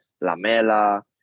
Lamela